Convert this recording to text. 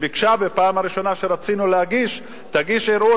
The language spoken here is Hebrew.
ובפעם הראשונה שרצינו להגיש ביקשה: תגיש ערעור,